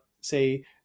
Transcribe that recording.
say